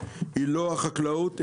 היא לא החקלאות,